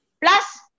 plus